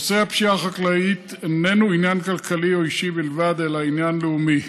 נושא הפשיעה החקלאית איננו עניין כלכלי או אישי בלבד אלא עניין לאומי.